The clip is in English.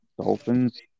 Dolphins